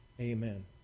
Amen